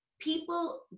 people